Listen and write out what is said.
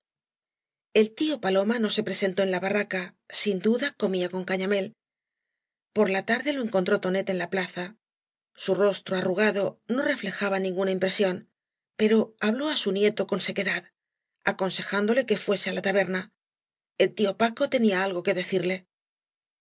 el tío paloma uo se preaeató ea la barraca bíq dada comía coa cañamél por la tarde lo eacontró toaet ea la plaza su rostro arrugado no reflejaba ninguna impresión paro habló á su nieto eon sequedad aconsejándole que fuese á la taber na el tío paco tenía algo que decirle